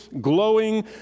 glowing